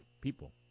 people